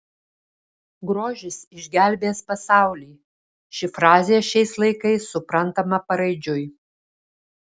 grožis išgelbės pasaulį ši frazė šiais laikais suprantama paraidžiui